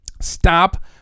Stop